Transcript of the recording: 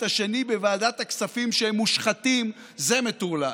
השני בוועדת הכספים שהם מושחתים זה מטורלל.